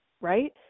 right